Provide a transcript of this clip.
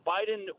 Biden